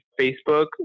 facebook